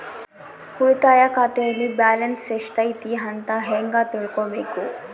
ಉಳಿತಾಯ ಖಾತೆಯಲ್ಲಿ ಬ್ಯಾಲೆನ್ಸ್ ಎಷ್ಟೈತಿ ಅಂತ ಹೆಂಗ ತಿಳ್ಕೊಬೇಕು?